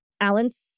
Allen's